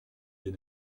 des